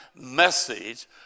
message